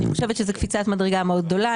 אני חושבת שזו קפיצת מדרגה מאוד גדולה,